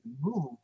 move